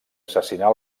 assassinar